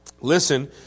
Listen